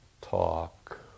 talk